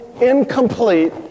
incomplete